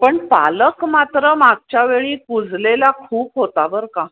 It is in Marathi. पण पालक मात्र मागच्या वेळी कुजलेला खूप होता बर का